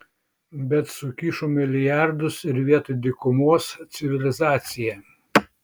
bet sukišo milijardus ir vietoj dykumos civilizacija